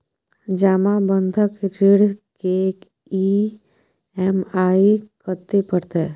जमा बंधक ऋण के ई.एम.आई कत्ते परतै?